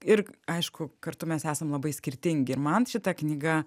ir aišku kartu mes esam labai skirtingi ir man šita knyga